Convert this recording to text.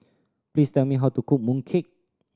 please tell me how to cook mooncake